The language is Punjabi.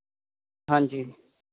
ਹਾਂਜੀ